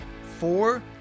Four